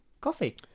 coffee